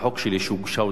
שהוגשה עוד לפניו,